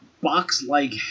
box-like